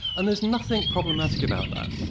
and there's nothing problematic about that,